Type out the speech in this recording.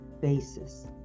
basis